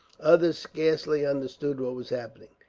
others scarcely understood what was happening,